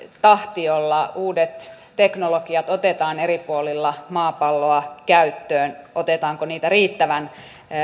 tahti jolla uudet teknologiat otetaan eri puolilla maapalloa käyttöön ja otetaanko niitä riittävän